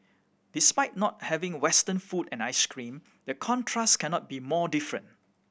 despite not having Western food and ice cream the contrast cannot be more different